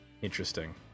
Interesting